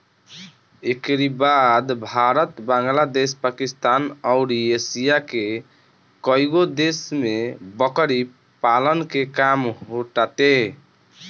एकरी बाद भारत, बांग्लादेश, पाकिस्तान अउरी एशिया के कईगो देश में बकरी पालन के काम होताटे